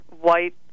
white